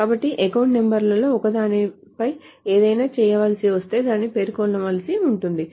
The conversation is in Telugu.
కాబట్టి అకౌంట్ నంబర్లలో ఒకదానిపై ఏదైనా చేయాల్సి వస్తే దానిని పేర్కొనవలసి ఉంటుంది